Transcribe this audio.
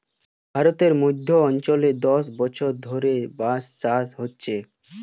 ভারতের মধ্য অঞ্চলে দশ বছর ধরে বাঁশ চাষ হচ্ছে